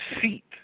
seat